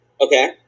Okay